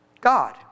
God